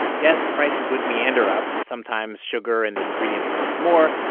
yes, prices would meander up. sometimes sugar and the ingredients cost more,